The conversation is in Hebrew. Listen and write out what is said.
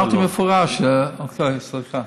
אמרתי במפורש, סליחה.